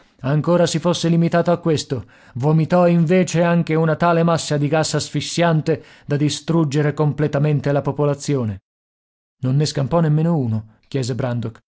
ancora si fosse limitato a questo vomitò invece anche una tale massa di gas asfissiante da distruggere completamente la popolazione non ne scampò nemmeno uno chiese brandok